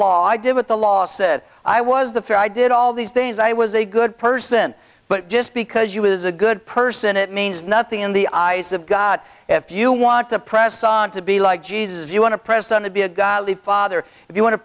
law i did what the law said i was the fair i did all these days i was a good person but just because you was a good person it means nothing in the eyes of god if you want to press on to be like jesus if you want to present to be a godly father if you want to